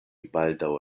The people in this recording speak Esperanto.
baldaŭ